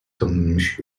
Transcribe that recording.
tanınmış